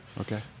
okay